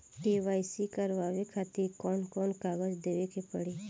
KYC करवावे खातिर कौन कौन कागजात देवे के पड़ी?